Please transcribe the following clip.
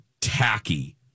tacky